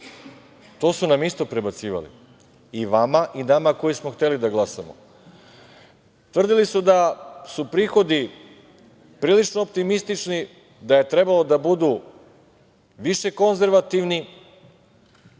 To su nam isto prebacivali i vama i nama koji smo hteli da glasamo. Tvrdili su da su prihodi prilično optimistični, da je trebalo da budu više konzervativni,